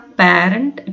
parent